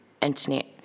internet